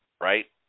right